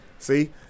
See